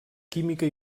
química